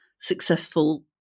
successful